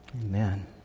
Amen